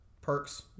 Perks